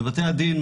בבתי הדין,